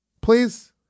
please